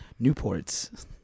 Newports